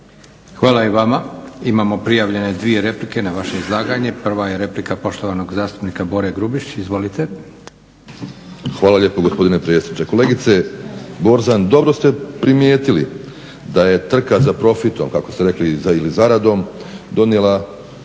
Hvala i vama. Imamo prijavljene dvije replike na vaše izlaganje. Prva je replika poštovanog zastupnika Bore Grubišića. Izvolite. **Grubišić, Boro (HDSSB)** Hvala lijepo gospodine predsjedniče. Kolegice Borzan dobro ste primijetili da je trka za profitom kako ste rekli ili zaradom donijela